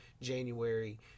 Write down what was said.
January